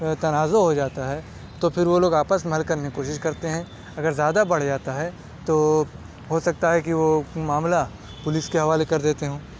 تنازع ہو جاتا ہے تو پھر وہ لوگ آپس میں حل کرنے کی کوشش کرتے ہیں اگر زیادہ بڑھ جاتا ہے تو ہو سکتا ہے کہ وہ معاملہ پولیس کے حوالے کر دیتے ہوں